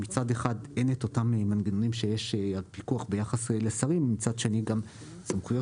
אין אותם המנגנונים שיש בפיקוח ביחס לשרים ומצד שני גם הסמכויות